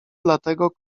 dlatego